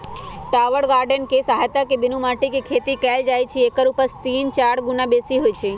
tower garden कें सहायत से बीनु माटीके खेती कएल जाइ छइ एकर उपज तीन चार गुन्ना बेशी होइ छइ